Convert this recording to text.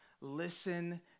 listen